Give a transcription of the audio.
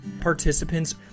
Participants